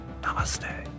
namaste